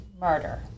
murder